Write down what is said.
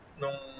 nung